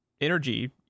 energy